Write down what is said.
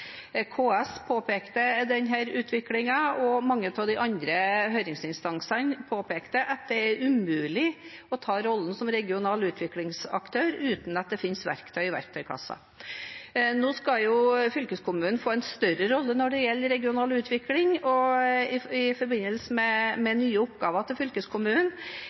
KS påpekte denne utviklingen, og mange av de andre høringsinstansene påpekte at det er umulig å ta rollen som regional utviklingsaktør uten at det finnes verktøy i verktøykassa. Nå skal fylkeskommunen få en større rolle når det gjelder regional utvikling, i forbindelse med nye oppgaver til fylkeskommunen.